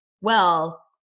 well-